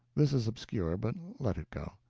this is obscure, but let it go.